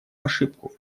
ошибку